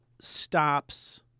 stops